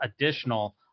additional